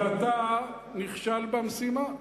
אבל אתה נכשל במשימה,